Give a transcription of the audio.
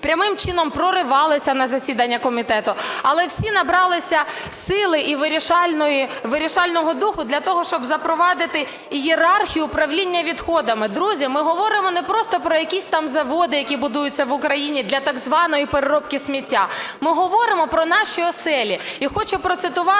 прямим чином, проривалися на засідання комітету, але всі набралися сили і вирішального духу для того, щоб запровадити ієрархію управління відходами. Друзі, ми говоримо не просто про якісь там заводи, які будуються в Україні для, так званої, переробки сміття, ми говоримо про наші оселі.